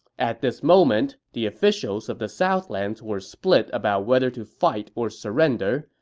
at this moment, the officials of the southlands were split about whether to fight or surrender,